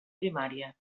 primària